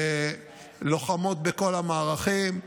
לוחמות בכל המערכים.